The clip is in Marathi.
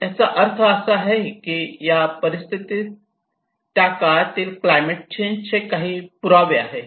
याचा अर्थ असा आहे की या सर्व परिस्थिती त्या काळातील क्लायमेट चेंज चे काही पुरावे आहेत